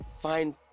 Find